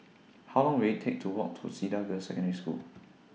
How Long Will IT Take to Walk to Cedar Girls' Secondary School